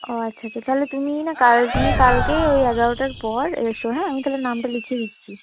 ও আচ্ছা আচ্ছা তাহলে তুমি না কাল তুমি কালকে ওই এগারোটার পর এসো হ্যাঁ আমি তাহলে নামটা লিখিয়ে দিচ্ছি